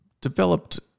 developed